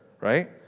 right